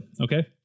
okay